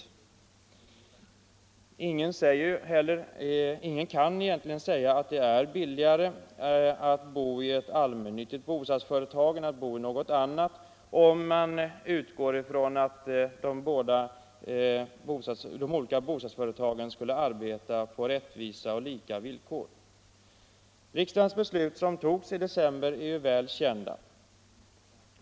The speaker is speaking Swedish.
28 februari 1975 Ingen kan egentligen säga att det är billigare att bo i ett allmännyttigt I bostadsföretag än att bo i något annat, om man utgår ifrån att de olika — Om principerna för bostadsföretagen skulle arbeta på rättvisa och lika villkor. kommunernas Riksdagens beslut i december är väl kända.